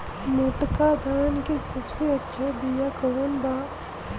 मोटका धान के सबसे अच्छा बिया कवन बा?